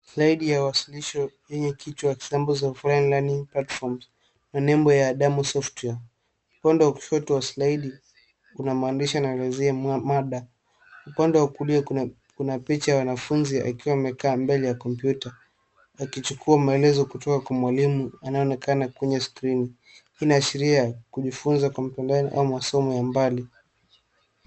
Zaidi ya waasilisho yenye kichwa[ Examples online learning platform ] na nembo ya[ Adamo software] upande kushoto wasilaini kuna maandishi yanaelezea mada ,upande wa kulia kuna picha ya wanafunzi akiwa amekaa mbele ya kompyuta akichukua maelezo kutoka kwa mwalimu anayeonekana kwenye skrini, inaashiria kujifunza kwa mapambano au masomo ya mbali.